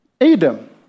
Adam